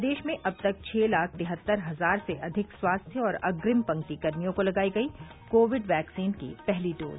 प्रदेश में अब तक छः लाख तिहत्तर हजार से अधिक स्वास्थ्य और अग्रिम पंक्ति कर्मियों को लगाई गई कोविड वैक्सीन की पहली डोज